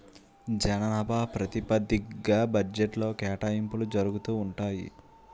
జనాభా ప్రాతిపదిగ్గా బడ్జెట్లో కేటాయింపులు జరుగుతూ ఉంటాయి